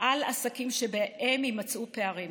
על עסקים שבהם יימצאו פערים.